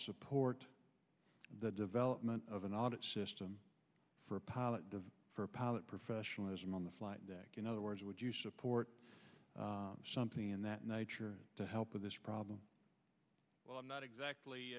support the development of an audit system for a pilot for a pilot professionalism on the flight deck in other words would you support something in that nature to help with this problem well i'm not exactly